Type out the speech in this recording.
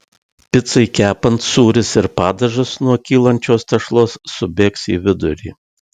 picai kepant sūris ir padažas nuo kylančios tešlos subėgs į vidurį